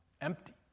empty